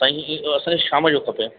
साईं असांखे शाम जो खपे